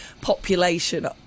population